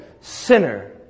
sinner